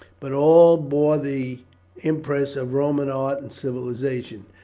but all bore the impress of roman art and civilization,